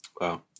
wow